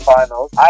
Finals